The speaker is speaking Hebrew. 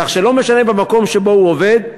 כך שלא משנה המקום שבו הוא עובד,